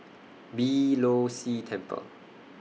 Beeh Low See Temple